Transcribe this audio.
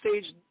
stage